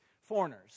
foreigners